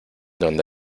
donde